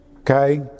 Okay